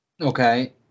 Okay